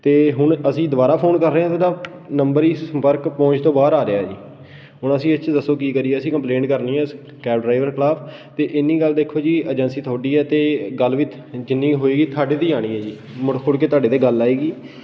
ਅਤੇ ਹੁਣ ਅਸੀਂ ਦੁਬਾਰਾ ਫੋਨ ਕਰ ਰਹੇ ਹਾਂ ਇਹਦਾ ਨੰਬਰ ਹੀ ਸੰਪਰਕ ਪਹੁੰਚ ਤੋਂ ਬਾਹਰ ਆ ਰਿਹਾ ਹੈ ਜੀ ਹੁਣ ਅਸੀਂ ਇਸ 'ਚ ਦੱਸੋ ਕੀ ਕਰੀਏ ਅਸੀਂ ਕੰਪਲੇਂਟ ਕਰਨੀ ਹੈ ਉਸ ਕੈਬ ਡਰਾਈਵਰ ਖਿਲਾਫ ਅਤੇ ਇੰਨੀ ਗੱਲ ਦੇਖੋ ਜੀ ਏਜੰਸੀ ਤੁਹਾਡੀ ਆ ਅਤੇ ਗੱਲ ਵੀ ਥ ਜਿੰਨੀ ਹੋਏਗੀ ਤੁਹਾਡੇ 'ਤੇ ਹੀ ਆਉਣੀ ਹੈ ਜੀ ਮੁੜ ਫੁੜ ਕੇ ਤੁਹਾਡੇ 'ਤੇ ਗੱਲ ਆਏਗੀ